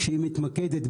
שמתמקדת,